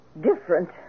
different